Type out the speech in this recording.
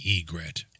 egret